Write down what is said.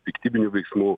piktybinių veiksmų